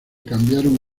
cambiaron